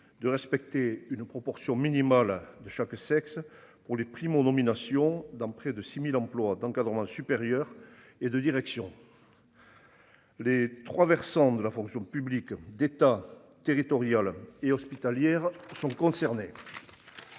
de respecter une proportion minimale de chaque sexe pour les primo-. Nomination dans près de 6000 emplois d'encadrement supérieur et de direction. Les trois versants de la fonction publique d'État territoriale et hospitalière, sont concernés.